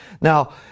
Now